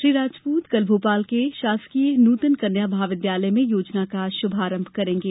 श्री राजपूत कल भोपाल के शासकीय नूतन कन्या महाविद्यालय में योजना का श्भारंभ करेंगे